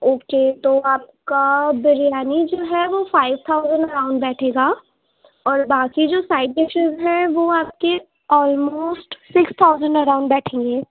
okay تو آپ کا بریانی جو ہے وہ فائیو تھاؤزینڈ اراؤنڈ بیٹھے گا اور باقی جو سائڈ ڈشیز ہیں وہ آپ کے آلموسٹ سکس تھاؤزینڈ اراؤنڈ بیٹھیں گے